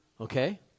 Okay